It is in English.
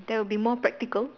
that would be more practical